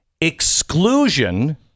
exclusion